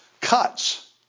cuts